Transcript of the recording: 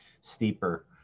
steeper